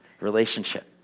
relationship